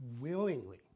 willingly